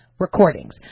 recordings